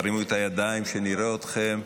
תרימו את הידיים שנראה אתכם.